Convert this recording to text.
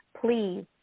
please